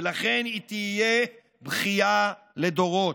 ולכן היא תהיה בכייה לדורות.